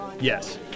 Yes